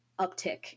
Uptick